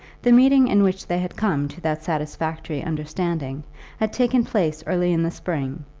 the meeting in which they had come to that satisfactory understanding had taken place early in the spring,